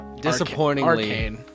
Disappointingly